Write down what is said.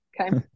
okay